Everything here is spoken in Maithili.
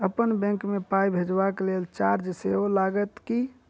अप्पन बैंक मे पाई भेजबाक लेल चार्ज सेहो लागत की?